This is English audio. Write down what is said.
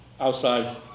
outside